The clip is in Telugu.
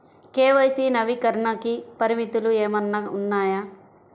కే.వై.సి నవీకరణకి పరిమితులు ఏమన్నా ఉన్నాయా?